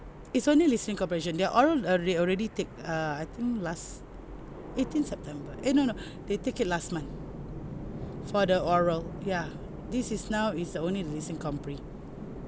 it's only listening comprehension their oral alre~ they already take uh I think last eighteen september eh no no they take it last month for the oral ya this is now is only the listening compre